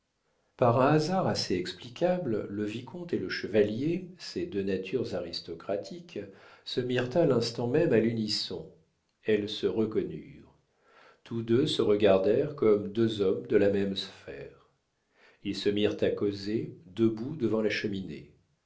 par un hasard assez explicable le vicomte et le chevalier ces deux natures aristocratiques se mirent à l'instant même à l'unisson elles se reconnurent tous deux se regardèrent comme deux hommes de la même sphère ils se mirent à causer debout devant la cheminée